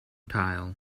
tile